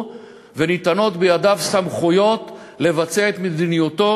וניתנות בידיו סמכויות לבצע את מדיניותו,